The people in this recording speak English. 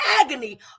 agony